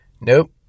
Nope